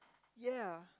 ya